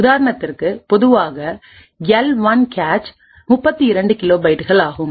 உதாரணத்திற்குபொதுவான L 1 cache 32 கிலோபைட்டுகள் ஆகும்